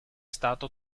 stato